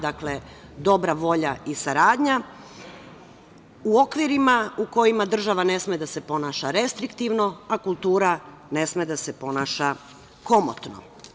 Dakle, dobra volja i saradnja u okvirima u kojima država ne sme da se ponaša restriktivno, a kultura ne sme da se ponaša komotno.